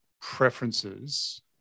preferences